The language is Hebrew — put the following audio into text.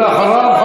ואחריו,